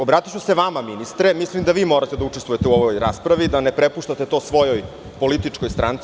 Obratiću se vama, ministre, mislim da vi morate da učestvujete u ovoj raspravi, da ne prepuštate to svojoj političkoj stranci.